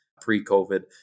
pre-COVID